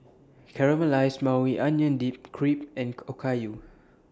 Caramelized Maui Onion Dip Crepe and Okayu